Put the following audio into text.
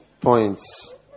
points